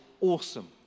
awesome